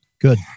Good